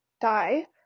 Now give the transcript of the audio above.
die